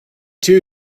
two